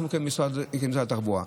כמשרד התחבורה.